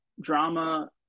drama